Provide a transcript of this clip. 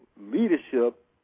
leadership